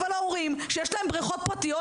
הורים שיש להם בריכות פרטיות,